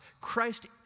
Christ